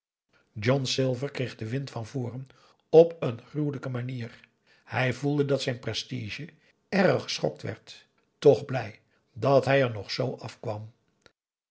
john silver kreeg den wind van voren op een gruwelijke manier hij voelde dat zijn prestige erg geschokt werd toch blij dat hij er nog z afkwam